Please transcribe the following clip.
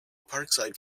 parkside